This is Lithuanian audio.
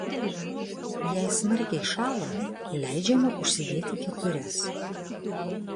jei smarkiai šąla leidžiama užsidėti kepures